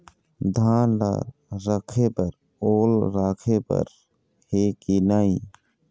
धान ला रखे बर ओल राखे बर हे कि नई?